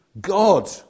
God